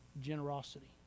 generosity